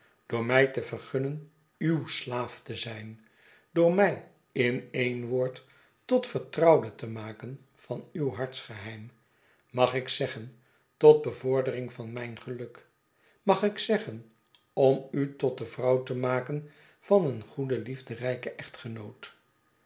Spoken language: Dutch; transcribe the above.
door my te vergunnen uw slaaf te zijn door mij in een woord tot vertrouwde te maken van uw hartsgeheim mag ik zeggen tot bevordering van mijn geluk mag ik zeggen om u tot de vrouw te maken van een goeden liefderijken echtgenoot